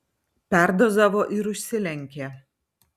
perdozavo ir užsilenkė